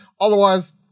Otherwise